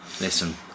Listen